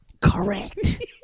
Correct